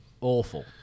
awful